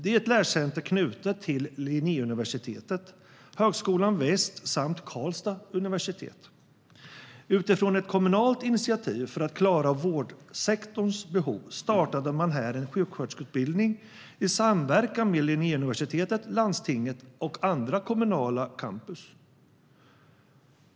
Det är ett lärcenter knutet till Linnéuniversitetet, Högskolan Väst samt Karlstad universitet. Utifrån ett kommunalt initiativ för att klara vårdsektorns behov startade man här en sjuksköterskeutbildning i samverkan med Linnéuniversitetet, landstinget och andra kommunala campus.